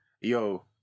Yo